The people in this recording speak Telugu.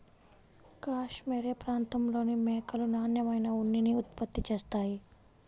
కాష్మెరె ప్రాంతంలోని మేకలు నాణ్యమైన ఉన్నిని ఉత్పత్తి చేస్తాయి